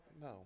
No